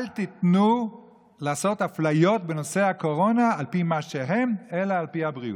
אל תיתנו לעשות אפליות בנושא הקורונה על פי מה שהם אלא על פי הבריאות.